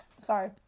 Sorry